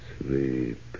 Sleep